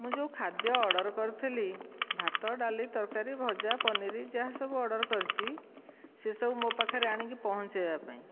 ମୁଁ ଯେଉଁ ଖାଦ୍ୟ ଅର୍ଡ଼ର କରିଥିଲି ଭାତ ଡାଲି ତରକାରୀ ଭଜା ପନିର ଯାହା ସବୁ ଅର୍ଡ଼ର କରିଛି ସେ ସବୁ ମୋ ପାଖରେ ଆଣିକି ପହଞ୍ଚାଇବା ପାଇଁ